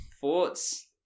Thoughts